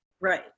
Right